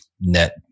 net